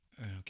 Okay